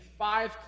five